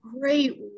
great